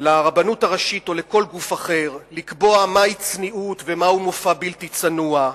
לרבנות הראשית או לכל גוף אחר לקבוע מהי צניעות ומהו מופע בלתי צנוע,